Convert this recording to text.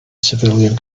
civilian